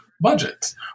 budgets